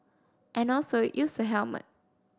and also use a helmet